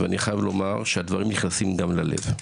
ואני חייב לומר שהדברים נכנסים גם ללב.